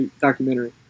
documentary